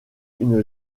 une